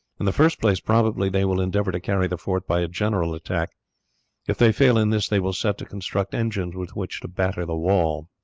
in the first place probably they will endeavour to carry the fort by a general attack if they fail in this they will set to construct engines with which to batter the wall.